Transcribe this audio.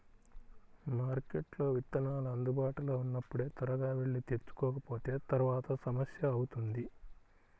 మార్కెట్లో విత్తనాలు అందుబాటులో ఉన్నప్పుడే త్వరగా వెళ్లి తెచ్చుకోకపోతే తర్వాత సమస్య అవుతుంది